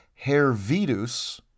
Hervidus